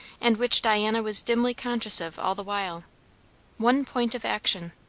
and which diana was dimly conscious of all the while one point of action.